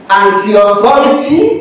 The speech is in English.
anti-authority